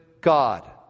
God